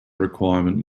requirement